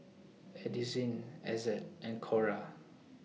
Addisyn Ezzard and Cora